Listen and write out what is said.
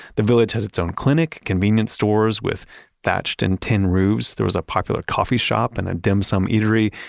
the village had its own clinic, convenience stores with thatched and tin roofs. there was a popular coffee shop and a dim sum eatery,